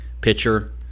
pitcher